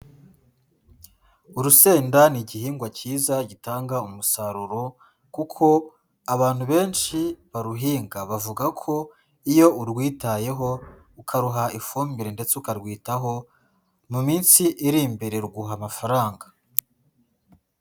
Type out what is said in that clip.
Urusenda ni igihingwa cyiza gitanga umusaruro kuko abantu benshi baruhinga bavuga ko iyo urwitayeho ukaruha ifumbire ndetse ukarwitaho, mu minsi iri imbere ruguha amafaranga.